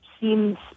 seems